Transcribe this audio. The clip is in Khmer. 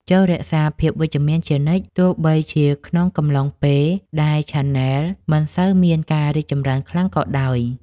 ចូររក្សាភាពវិជ្ជមានជានិច្ច ទោះបីជាក្នុងកំឡុងពេលដែលឆានែលមិនសូវមានការរីកចម្រើនខ្លាំងក៏ដោយ។